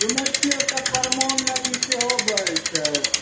सुनै छिए ओतए परमान नदी सेहो बहै छै